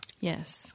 Yes